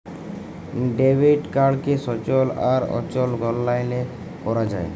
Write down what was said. debit কাড়কে সচল আর অচল অললাইলে ক্যরা যায়